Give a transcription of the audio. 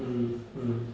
mm mm